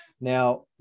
Now